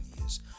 years